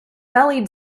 bellied